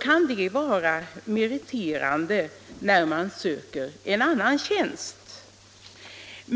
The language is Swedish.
kan det vara meriterande när man 31 söker en annan tjänst.